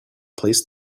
placed